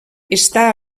està